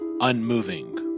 unmoving